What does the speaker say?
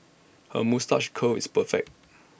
her moustache curl is perfect